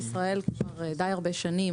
כבר די הרבה שנים,